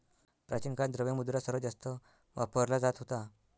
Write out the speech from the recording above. प्राचीन काळात, द्रव्य मुद्रा सर्वात जास्त वापरला जात होता